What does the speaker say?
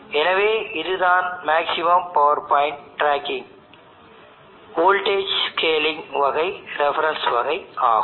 எனவே இதுதான் maximum power point ட்ராக்கிங்கின் வோல்டேஜ் ஸ்கேலிங் வகை ரெஃபரன்ஸ் வகை ஆகும்